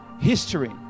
history